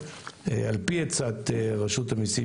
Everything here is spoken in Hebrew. על פי עצת רשות המיסים,